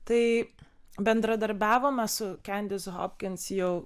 tai bendradarbiavome su kendis hopkins jau